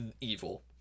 evil